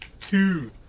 two